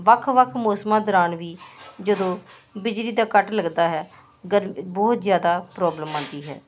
ਵੱਖ ਵੱਖ ਮੌਸਮਾਂ ਦੌਰਾਨ ਵੀ ਜਦੋਂ ਬਿਜਲੀ ਦਾ ਕੱਟ ਲੱਗਦਾ ਹੈ ਗ ਬਹੁਤ ਜ਼ਿਆਦਾ ਪ੍ਰੋਬਲਮ ਆਉਂਦੀ ਹੈ